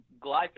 glyphosate